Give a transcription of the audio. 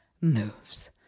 moves